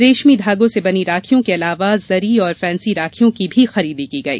रेशमी धागों से बनी राखियों के अलावा जरी और फेन्सी राखियों की भी खरीदी की गई